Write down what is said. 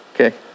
Okay